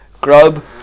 Grub